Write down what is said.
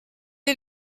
est